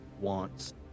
wants